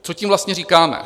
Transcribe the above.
Co tím vlastně říkáme?